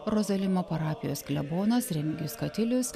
rozalimo parapijos klebonas remigijus katilius